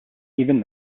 even